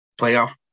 playoff